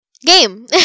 Game